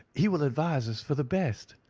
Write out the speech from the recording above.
he will advise us for the best.